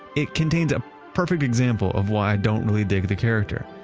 it contains a perfect example of why i don't really dig the character.